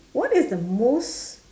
what is the most